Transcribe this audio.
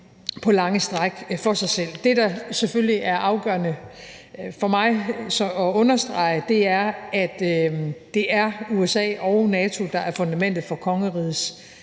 på lange stræk taler for sig selv. Det, der selvfølgelig er afgørende for mig at understrege, er, at det er USA og NATO, der er fundamentet for kongerigets